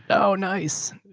ah oh, nice.